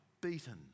beaten